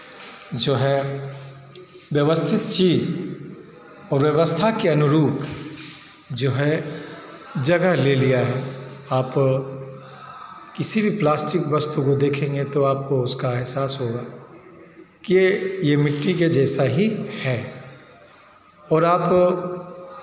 जो है व्यवस्थित चीज़ और व्यवस्था के अनुरूप जो है जगह ले लिया है आप किसी भी प्लास्टिक वस्तु को देखेंगे तो आपको उसका एहसास होगा कि ये मिट्टी के जैसा ही है और आप